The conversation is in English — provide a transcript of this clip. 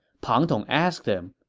pang tong asked him,